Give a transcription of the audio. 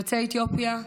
יוצאי אתיופיה,